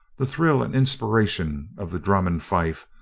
the thrill and inspiration of the drum and fife,